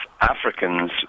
Africans